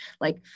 like-